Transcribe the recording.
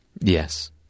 Yes